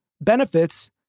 benefits